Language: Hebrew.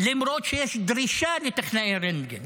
למרות שיש דרישה לטכנאי רנטגן,